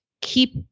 keep